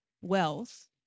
wealth